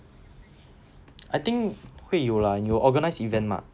I think 会有 lah 你有 organise event mah